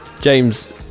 James